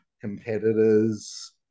competitors